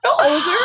older